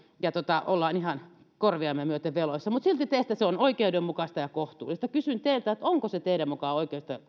ja olemme ihan korviamme myöten veloissa mutta silti teistä se on oikeudenmukaista ja kohtuullista kysyn teiltä onko se teidän mukaanne